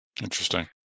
Interesting